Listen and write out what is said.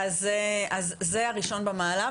אז זה ראשון במעלה,